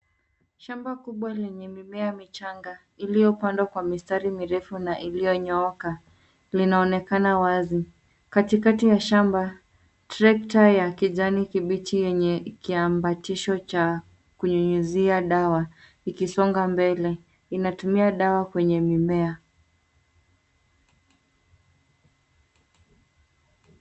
Shamba kubwa lenye mimea michanga iliyopandwa kwa mistari mirefu na iliyonyooka linaonekana wazi. Katikati ya shamba, trekta ya kijani kibichi yenye kiambatisho cha kunyunyuzia dawa ikisonga mbele inatumia dawa kwenye mimea.